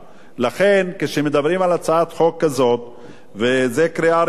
לכן, כשמדברים על הצעת חוק כזאת, בקריאה ראשונה,